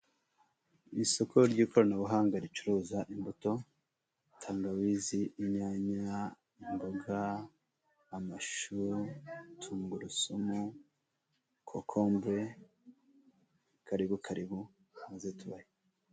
Ni isoko ry'ikoranabuhanga ricuruza imbuto tangawizi, inyanya, imboga, amashu, tungurusumu, kokombure karibu karibu muze tubahe.